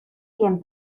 quien